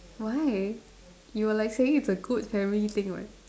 why you were like saying it's a good family thing [what]